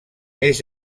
més